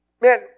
Man